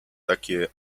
takie